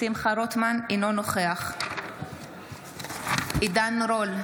אינו נוכח עידן רול,